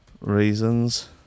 reasons